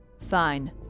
Fine